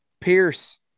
pierce